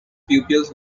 pupils